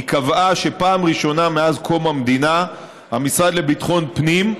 היא קבעה שפעם ראשונה מאז קום המדינה המשרד לביטחון פנים,